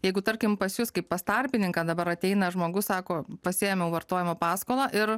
jeigu tarkim pas jus kaip pas tarpininką dabar ateina žmogus sako pasiėmiau vartojimo paskolą ir